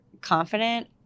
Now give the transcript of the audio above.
confident